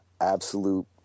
absolute